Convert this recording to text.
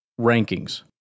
rankings